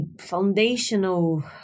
foundational –